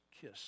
kiss